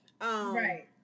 Right